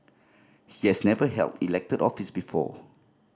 he has never held elected office before